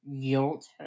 guilt